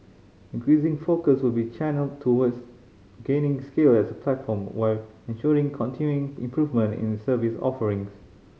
increasing focus will channelled towards gaining scale as a platform while ensuring continuing improvement in its service offering